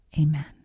Amen